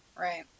Right